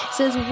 says